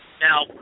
Now